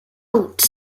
out